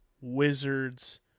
Wizards